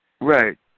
Right